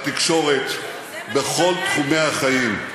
בתקשורת, בכל תחומי החיים.